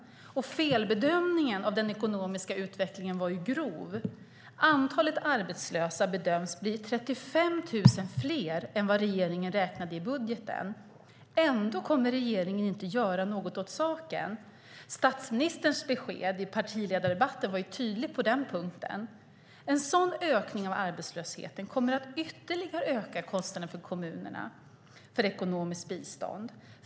Felbedömningen av den ekonomiska utvecklingen var grov. Antalet arbetslösa bedöms bli 35 000 fler än vad regeringen räknade med i budgeten. Ändå kommer regeringen inte att göra något åt saken. Statsministerns besked i partiledardebatten var tydligt på den punkten. En sådan ökning av arbetslösheten kommer att ytterligare öka kommunernas kostnader för ekonomiskt bistånd.